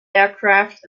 aircraft